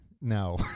no